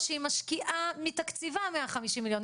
או שהיא משקיעה מתקציבה 150 מיליון?